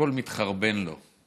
הכול מתחרבן לו.